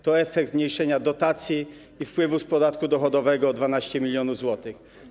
To efekt zmniejszenia dotacji i wpływu z podatku dochodowego 12 mln zł.